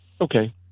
Okay